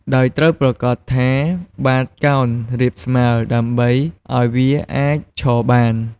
ដោយត្រូវប្រាកដថាបាតកោណរាបស្មើ ដើម្បីឱ្យវាអាចឈរបាន។